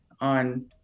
on